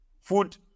food